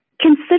Consider